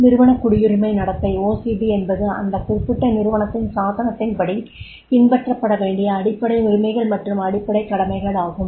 நிறுவன குடியுரிமை நடத்தை என்பது அந்த குறிப்பிட்ட நிறுவனத்தின் சாசனத்தின்படி பின்பற்றப்பட வேண்டிய அடிப்படை உரிமைகள் மற்றும் அடிப்படை கடமைகள் ஆகும்